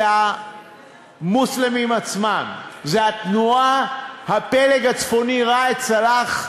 זה המוסלמים עצמם, זה הפלג הצפוני, ראאד סלאח,